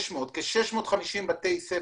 כ-650 בתי ספר,